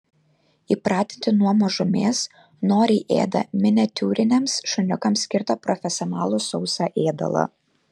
įpratinti nuo mažumės noriai ėda miniatiūriniams šuniukams skirtą profesionalų sausą ėdalą